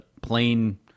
plain